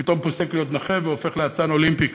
פתאום הוא פוסק להיות נכה והופך לאצן אולימפי,